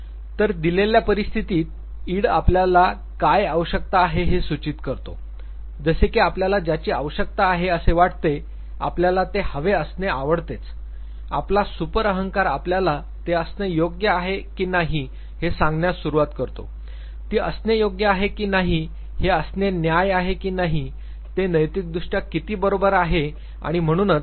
तर दिलेल्या परिस्थितीत इड आपल्याला काय आवश्यकता आहे ते सूचित करतो जसे की आपल्याला ज्याची आवश्यकता आहे असे वाटते आपल्याला ते हवे असणे आवडतेच आपला सुपर अहंकार आपल्याला ते असणे योग्य आहे की नाही हे सांगण्यास सुरवात करतो ती असणे योग्य आहे की नाही ते असणे न्याय्य आहे की नाही ते नैतिकदृष्ट्या किती बरोबर आहे आणि म्हणूनच